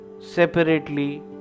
separately